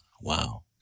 Wow